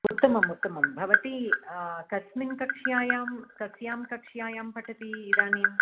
उत्तमम् उत्तमं भवति कस्मिन् कक्षायां कस्यां कक्षायां पठति इदानीम्